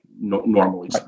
normally